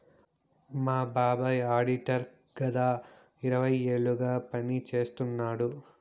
మా బాబాయ్ ఆడిటర్ గత ఇరవై ఏళ్లుగా పని చేస్తున్నాడు